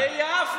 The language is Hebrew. זה יפו.